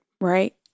Right